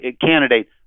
candidate